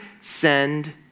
send